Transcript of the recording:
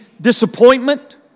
disappointment